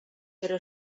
però